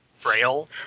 frail